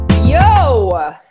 Yo